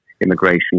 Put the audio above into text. immigration